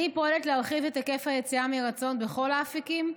אני פועלת להרחיב את היקף היציאה מרצון בכל האפיקים,